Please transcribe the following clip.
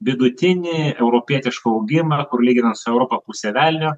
vidutinį europietiškų augimą kur lyginant su europa pusė velnio